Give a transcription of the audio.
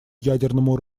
ядерному